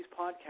podcasts